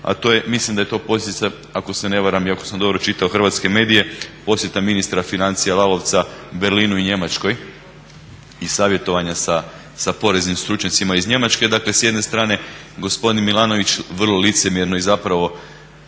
a to je, mislim da je to posljedica ako se ne varam i ako sam dobro čitao hrvatske medije posjeta ministra financija Lalovca Berlinu i Njemačkoj i savjetovanja sa poreznim stručnjacima iz Njemačke. Dakle, s jedne strane gospodin Milanović vrlo licemjerno i zapravo